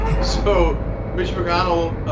so mitch mcconnell